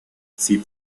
sie